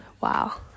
Wow